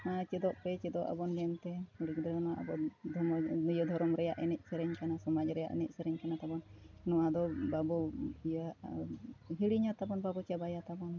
ᱪᱮᱫᱚᱜ ᱯᱮ ᱪᱮᱫᱚᱜ ᱟᱵᱚᱱ ᱢᱮᱱᱛᱮ ᱠᱩᱲᱤ ᱜᱤᱫᱽᱨᱟᱹ ᱱᱚᱣᱟ ᱟᱵᱚ ᱫᱷᱚᱨᱚᱢ ᱱᱤᱭᱮ ᱫᱷᱚᱨᱚᱢ ᱨᱮᱭᱟᱜ ᱮᱱᱮᱡ ᱥᱮᱨᱮᱧ ᱠᱟᱱᱟ ᱥᱚᱢᱟᱡᱽ ᱨᱮᱭᱟᱜ ᱮᱱᱮᱡ ᱥᱮᱨᱮᱧ ᱠᱟᱱᱟ ᱛᱟᱵᱚᱱ ᱱᱚᱣᱟ ᱫᱚ ᱵᱟᱵᱚ ᱤᱭᱟᱹ ᱦᱤᱲᱤᱧᱟ ᱛᱟᱵᱚᱱ ᱵᱟᱵᱚ ᱪᱟᱵᱟᱭᱟ ᱛᱟᱵᱚᱱ